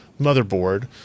motherboard